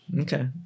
Okay